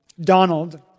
Donald